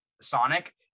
Sonic